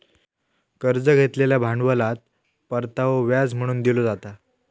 कर्ज घेतलेल्या भांडवलात परतावो व्याज म्हणून दिलो जाता